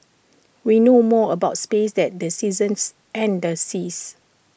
we know more about space than the seasons and the seas